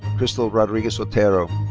krystal rodriguez otero.